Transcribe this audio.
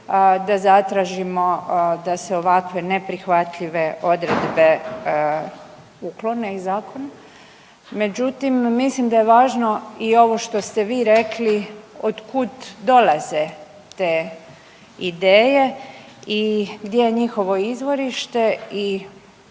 da zatražimo da se ovakve neprihvatljive odredbe uklone iz zakona. Međutim, mislim da je važno i ovo što ste vi rekli, otkud dolaze te ideje i gdje je njihovo izvorište i